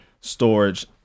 storage